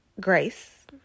grace